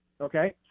Okay